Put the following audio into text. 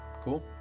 cool